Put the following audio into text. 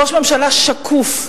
ראש ממשלה שקוף,